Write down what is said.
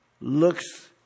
looks